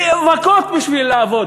נאבקות בשביל לעבוד.